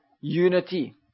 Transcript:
unity